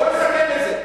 בוא נסכם את זה.